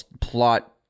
plot